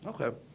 Okay